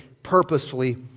purposefully